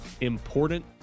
important